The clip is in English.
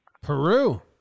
Peru